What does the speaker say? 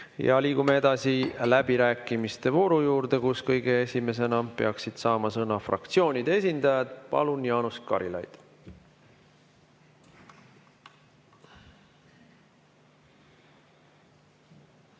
Liigume läbirääkimiste vooru juurde, kus kõige esimesena peaksid saama sõna fraktsioonide esindajad. Palun, Jaanus Karilaid!